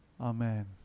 Amen